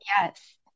Yes